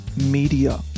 media